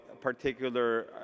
particular